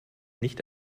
nicht